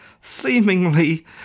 seemingly